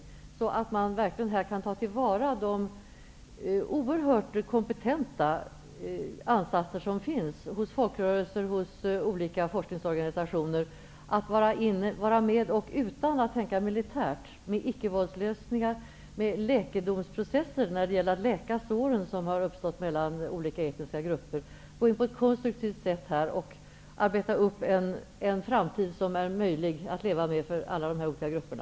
På så sätt skulle vi verkligen kunna ta till vara de oerhört kompetenta ansatser som finns hos folkrörelser och hos olika forskningsorganisationer som vill vara med, utan att tänka militärt -- med icke våldslösningar, för att läka såren som har uppstått vid striderna mellan etniska grupper. Det vore ett konstruktivt sätt att arbeta upp en framtid som är möjlig att leva med för alla de olika grupperna.